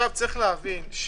יש להבין,